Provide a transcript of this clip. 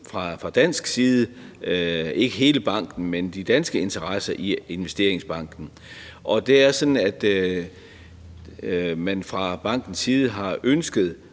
fra dansk side – ikke hele banken, men de danske interesser i investeringsbanken. Og det er sådan, at man fra bankens side har ønsket